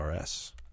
RS